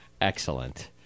Excellent